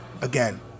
again